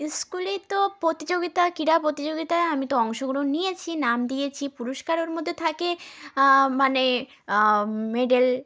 স্কুলে তো প্রতিযোগিতা ক্রীড়া প্রতিযোগিতায় আমি তো অংশগ্রহণ নিয়েছি নাম দিয়েছি পুরুস্কার ওর মধ্যে থাকে মানে মেডেল